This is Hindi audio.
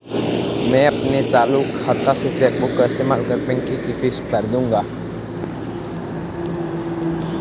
मैं अपने चालू खाता से चेक बुक का इस्तेमाल कर पिंकी की फीस भर दूंगा